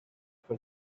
for